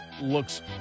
looks